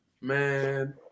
Man